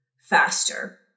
faster